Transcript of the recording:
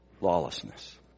lawlessness